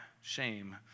shame